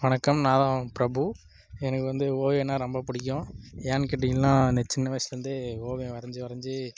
வணக்கம் நான் பிரபு எனக்கு வந்து ஓவியோன்னா ரொம்ப பிடிக்கும் ஏன்னு கேட்டீங்கள்னா நான் சின்ன வயசுலந்தே ஓவியம் வரஞ்சு வரஞ்சு